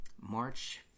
March